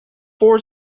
four